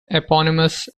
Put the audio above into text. eponymous